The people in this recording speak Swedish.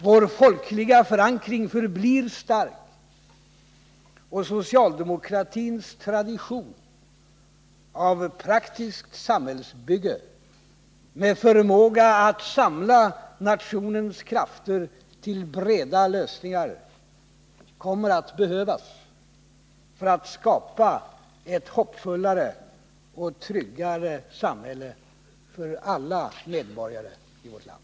Vår folkliga förankring förblir stark, och socialdemokratins tradition av praktiskt samhällsbygge med förmåga att samla nationens krafter till breda lösningar kommer att behövas för att vi skall kunna skapa ett hoppfullare och tryggare samhälle för alla medborgare i vårt land.